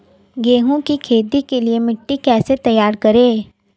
गेहूँ की खेती के लिए मिट्टी कैसे तैयार करें?